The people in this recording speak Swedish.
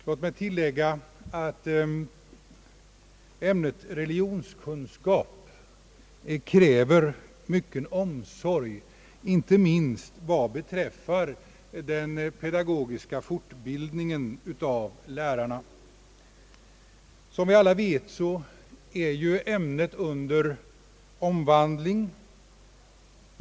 Låt mig bara tillägga att ämnet religionskunskap kräver mycken omsorg, inte minst vad beträffar den pedagogiska fortbildningen av lärarna. Som vi alla vet är ämnet under omvandling.